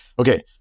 Okay